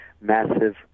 massive